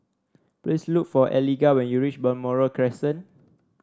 please look for Eligah when you reach Balmoral Crescent